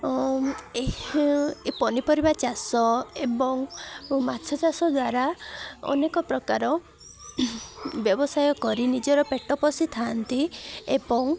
ଓ ଏହି ପନିପରିବା ଚାଷ ଏବଂ ମାଛ ଚାଷ ଦ୍ୱାରା ଅନେକ ପ୍ରକାର ବ୍ୟବସାୟ କରି ନିଜର ପେଟ ପୋଷିଥାନ୍ତି ଏବଂ